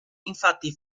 infatti